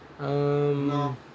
No